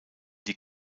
die